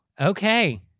Okay